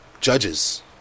judges